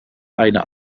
eine